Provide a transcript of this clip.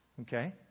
Okay